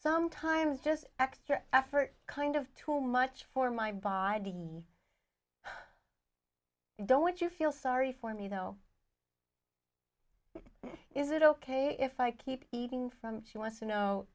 sometimes just extra effort kind of tool much for my body don't you feel sorry for me though is it ok if i keep eating from she wants to know